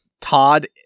Todd